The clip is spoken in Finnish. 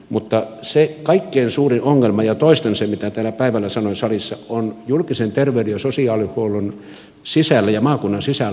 mutta se kaikkein suurin ongelma ja toistan sen mitä täällä päivällä sanoin salissa on että julkisen terveyden ja sosiaalihuollon sisällä ja maakunnan sisällä on nämä raja aidat